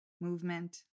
movement